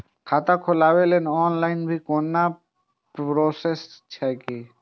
खाता खोलाबक लेल ऑनलाईन भी कोनो प्रोसेस छै की?